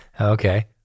Okay